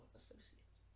associate